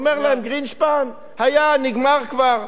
הוא אומר להם: גרינשפן היה, נגמר כבר.